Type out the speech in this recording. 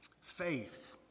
faith